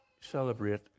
celebrate